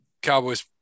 Cowboys